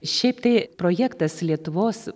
šiaip tai projektas lietuvos